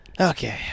Okay